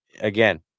Again